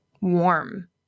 warm